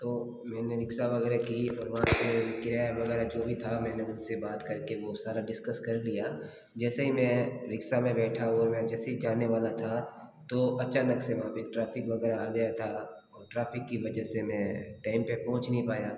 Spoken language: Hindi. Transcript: तो मैंने रिक्सा वगैरह की और वहाँ से किराया वगैरह जो भी था मैंने उनसे बात करके वो सारा डिस्कस कर लिया जैसे ही मैं रिक्सा में बैठा और मैं जैसे ही जाने वाला था तो अचानक से वहाँ पे ट्राफ़िक वगैरह आ गया था और ट्राफ़िक की वजह से मैं टाइम पहुँच नहीं पाया